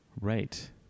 Right